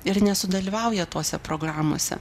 ir nesudalyvauja tose programose